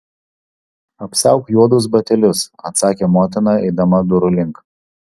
apsiauk juodus batelius atsakė motina eidama durų link